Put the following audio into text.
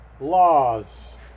laws